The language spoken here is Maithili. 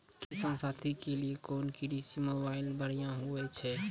किसान साथी के लिए कोन कृषि मोबाइल बढ़िया होय छै?